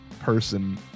person